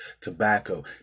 tobacco